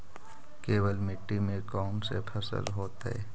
केवल मिट्टी में कौन से फसल होतै?